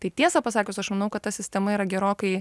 tai tiesa pasakius aš manau kad ta sistema yra gerokai